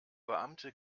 beamte